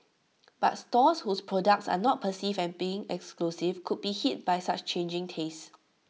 but stores whose products are not perceived as being exclusive could be hit by such changing tastes